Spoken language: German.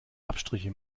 abstriche